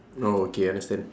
oh okay understand